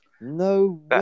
No